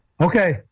Okay